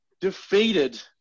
defeated